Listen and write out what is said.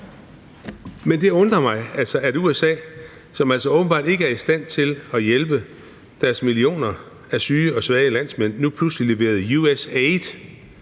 Men det undrer mig, at USA, som altså åbenbart ikke er i stand til at hjælpe deres egne millioner af syge og svage landsmænd, nu pludselig leverede USAID